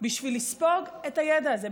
בשביל לספוג את הידע הזה,